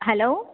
hello